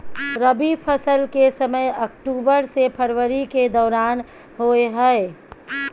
रबी फसल के समय अक्टूबर से फरवरी के दौरान होय हय